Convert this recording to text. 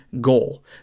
goal